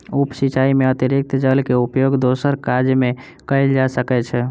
उप सिचाई में अतरिक्त जल के उपयोग दोसर काज में कयल जा सकै छै